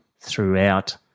throughout